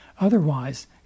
Otherwise